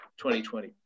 2020